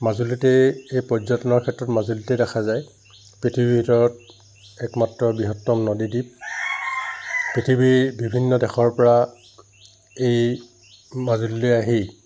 মাজুলীতেই এই পৰ্যটনৰ ক্ষেত্ৰত মাজুলীতেই দেখা যায় পৃথিৱীৰ ভিতৰত একমাত্ৰ বৃহত্তম নদীদ্বিপ পৃথিৱীৰ বিভিন্ন দেশৰ পৰা এই মাজুলীলে আহি